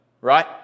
Right